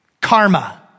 Karma